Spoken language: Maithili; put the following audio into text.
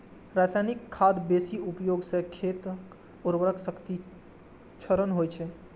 रासायनिक खादक बेसी उपयोग सं खेतक उर्वरा शक्तिक क्षरण होइ छै